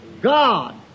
God